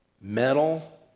metal